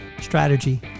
strategy